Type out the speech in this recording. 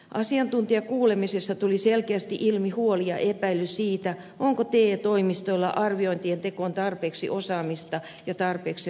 asiantuntijakuulemisessa tuli selkeästi ilmi huoli ja epäily siitä onko te toimistoilla arviointien tekoon tarpeeksi osaamista ja tarpeeksi resursseja